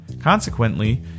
Consequently